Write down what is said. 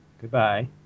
Goodbye